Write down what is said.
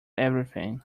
everything